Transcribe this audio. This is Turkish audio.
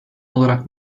olarak